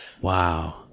wow